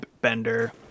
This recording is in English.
bender